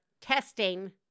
testing